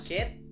Kit